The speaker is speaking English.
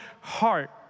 heart